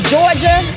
Georgia